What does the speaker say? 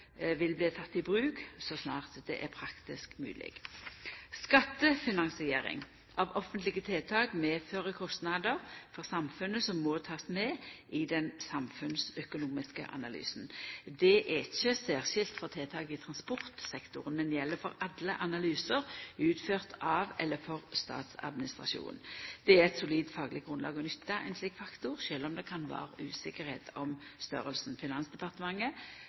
vil bli tekne i bruk så snart det er praktisk mogleg. Skattefinansiering av offentlege tiltak medfører kostnader for samfunnet som må takast med i den samfunnsøkonomiske analysen. Dette er ikkje særskilt for tiltak i transportsektoren, men gjeld for alle analysar utført av eller for statsadministrasjonen. Det er eit solid fagleg grunnlag å nytta ein slik faktor, sjølv om ein kan vera utrygg på storleiken. Finansdepartementet